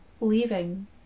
leaving